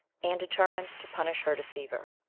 and determined to punish her deceiver.